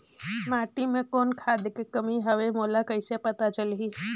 माटी मे कौन खाद के कमी हवे मोला कइसे पता चलही?